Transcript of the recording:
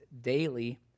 daily